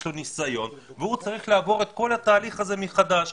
יש לו ניסיון והוא צריך לעבור את כל התהליך הזה מחדש,